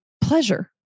pleasure